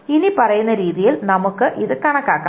ഇനിപ്പറയുന്ന രീതിയിൽ നമുക്ക് ഇത് കണക്കാക്കാം